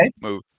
move